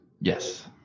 Yes